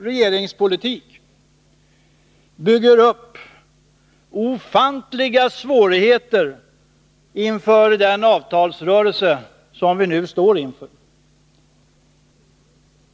Regeringspolitiken bygger upp ofantliga svårigheter inför den avtalsrörelse vi nu står inför.